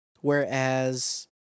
Whereas